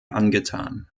angetan